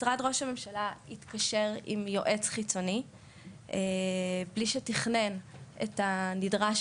משרד ראש הממשלה התקשר עם יועץ חיצוני בלי שתכנן את הנדרש